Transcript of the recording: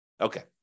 Okay